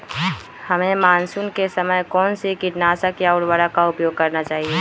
हमें मानसून के समय कौन से किटनाशक या उर्वरक का उपयोग करना चाहिए?